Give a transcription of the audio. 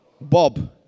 Bob